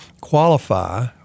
qualify